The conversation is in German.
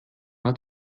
hat